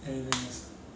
N_S ah